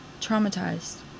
Traumatized